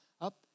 up